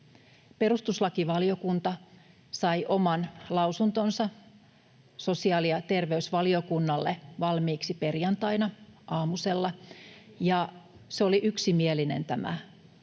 Perustuslakivaliokunta sai oman lausuntonsa sosiaali- ja terveysvaliokunnalle valmiiksi perjantaina aamusella, ja tämä